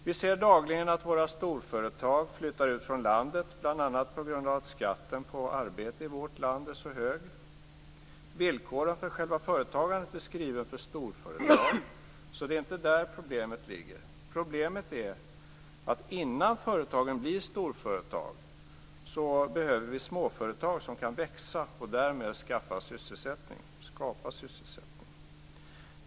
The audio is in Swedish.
Vi ser dagligen att våra storföretag flyttar ut från landet bl.a. på grund av att skatten på arbete i vårt land är så hög. Villkoren för själva företagandet är skrivna för storföretag, så det är inte där problemet ligger. Problemet är att innan företagen blir storföretag behöver vi småföretag som kan växa och därmed skapa sysselsättning.